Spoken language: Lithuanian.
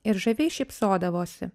ir žaviai šypsodavosi